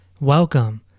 Welcome